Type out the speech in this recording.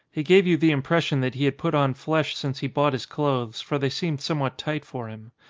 he gave you the im pression that he had put on flesh since he bought his clothes, for they seemed somewhat tight for him.